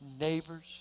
neighbors